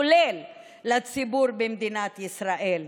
כולל לציבור במדינת ישראל.